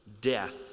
death